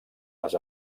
les